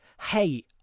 hey